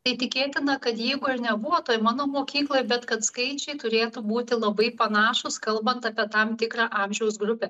tai tikėtina kad jeigu ir nebuvo toj mano mokykloj bet kad skaičiai turėtų būti labai panašūs kalbant apie tam tikrą amžiaus grupę